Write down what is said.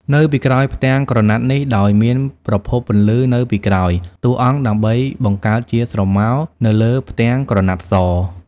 នៅពីក្រោយផ្ទាំងក្រណាត់នេះ ដោយមានប្រភពពន្លឺនៅពីក្រោយតួអង្គដើម្បីបង្កើតជាស្រមោលនៅលើផ្ទាំងក្រណាត់ស។